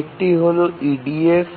একটি হল EDF